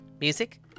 music